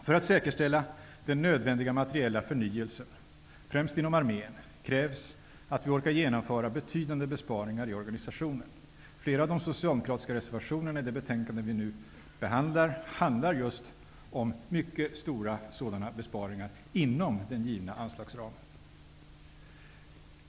För att säkerställa den nödvändiga materiella förnyelsen, främst inom armén, krävs att vi orkar genomföra betydande besparingar i organisationen. Flera av de socialdemokratiska reservationerna i det betänkande som vi nu behandlar handlar just om mycket stora sådana besparingar inom den givna anslagsramen.